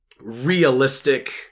realistic